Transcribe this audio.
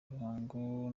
ruhango